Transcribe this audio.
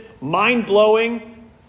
Mind-blowing